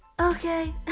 okay